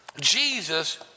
Jesus